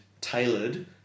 tailored